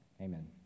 Amen